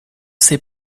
sait